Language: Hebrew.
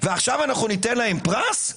ועכשיו אנחנו ניתן להם פרס?